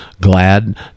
glad